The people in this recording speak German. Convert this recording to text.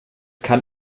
kann